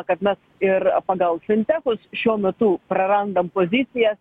kad mes ir pagal fintechus šiuo metu prarandam pozicijas